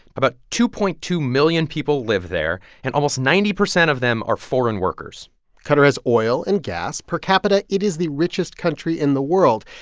about two point two million people live there, and almost ninety percent of them are foreign workers qatar has oil and gas. per capita, it is the richest country in the world.